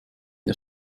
der